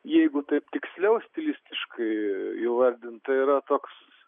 jeigu taip tiksliau stilistiškai įvardint tai yra toks